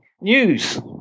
news